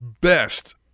best